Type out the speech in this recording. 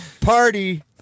party